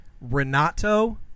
Renato